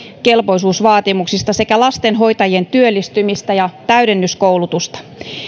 kelpoisuusvaatimuksista sekä lastenhoitajien työllistymistä ja täydennyskoulutusta